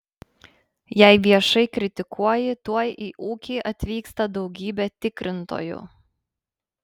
jei viešai kritikuoji tuoj į ūkį atvyksta daugybė tikrintojų